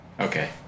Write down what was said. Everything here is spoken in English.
Okay